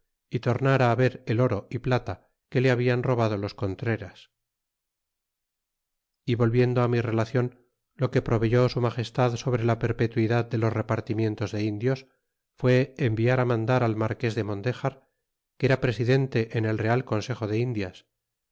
y tornar haber el oro y plata que le habian robado los contreras y volviendo mi relacion lo que proveyó su magestad sobre la perpetuidad de los repartimientos de indios fué enviar mandar al marques de mondejar que era presidente en el real consejo de indias